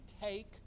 take